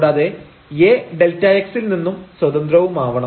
കൂടാതെ A Δx ൽ നിന്നും സ്വതന്ത്രവുമാവണം